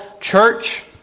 church